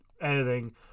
editing